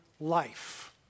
life